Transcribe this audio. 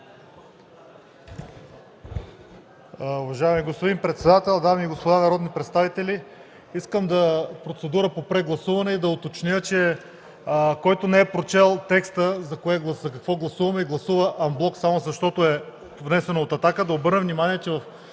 Уважаеми господин председател, дами и господа народни представители! Искам процедура по прегласуване и да уточня – който не е прочел текста, за какво гласуваме, и гласува анблок, само защото е внесен от „Атака”.